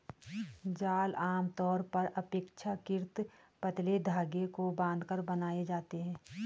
जाल आमतौर पर अपेक्षाकृत पतले धागे को बांधकर बनाए जाते हैं